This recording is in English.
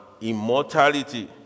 immortality